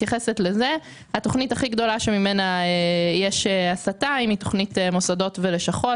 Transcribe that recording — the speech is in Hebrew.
התוכנית הכי גדולה שממנה יש הסטה היא תוכנית מוסדות ולשכות,